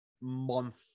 month